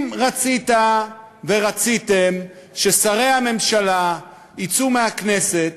אם רצית ורציתם ששרי הממשלה יצאו מהכנסת